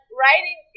writing